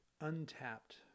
untapped